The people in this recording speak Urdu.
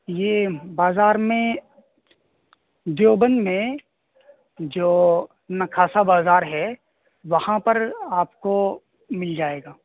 یہ بازار میں دیوبند میں جو نکھاسہ بازار ہے وہاں پر آپ کو مل جائے گا